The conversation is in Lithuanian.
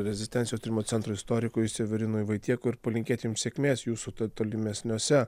rezistencijos tyrimo centro istorikui severinui vaitiekui ir palinkėti jums sėkmės jūsų tolimesniuose